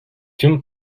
tüm